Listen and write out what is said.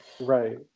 right